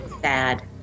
sad